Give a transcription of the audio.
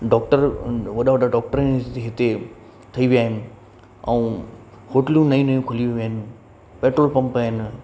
doctor वॾा वॾा doctor आहिनि हिते ठही विया आहिनि ऐं होटलूं नयूं नयूं खुलियूं आहिनि पेट्रोल पंप आहिनि